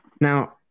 Now